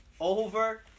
over